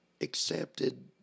accepted